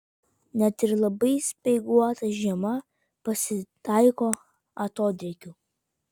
net ir labai speiguotą žiemą pasitaiko atodrėkių